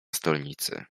stolnicy